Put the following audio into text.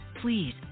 please